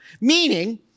Meaning